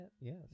Yes